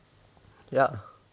ya